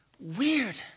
weird